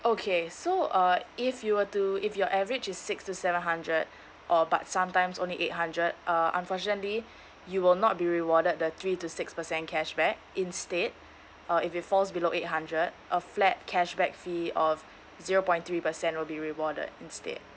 okay so uh if you were to if your average is six to seven hundred or but sometimes only eight hundred uh unfortunately you will not be rewarded the three to six percent cashback instead uh if it falls below eight hundred a flat cashback fee of zero point three percent will be rewarded instead